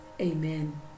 Amen